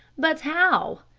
but how?